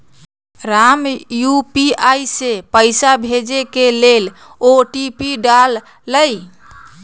Ram UPI से पइसा भेजे के लेल ओ.टी.पी डाललई